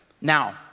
Now